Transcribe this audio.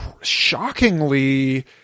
shockingly